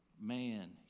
man